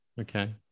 Okay